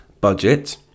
budget